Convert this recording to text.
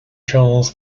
charles